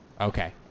Okay